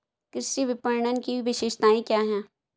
कृषि विपणन की विशेषताएं क्या हैं?